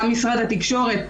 גם משרד התקשורת.